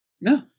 no